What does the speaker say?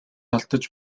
алдаж